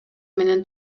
менен